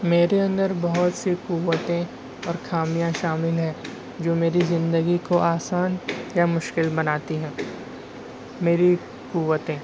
میرے اندر بہت سی قوتیں اور خامیاں شامل ہیں جو میری زندگی کو آسان یا مشکل بناتی ہیں میری قوتیں